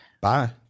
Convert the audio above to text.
Bye